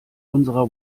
unserer